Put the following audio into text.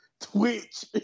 twitch